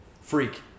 freak